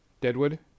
Deadwood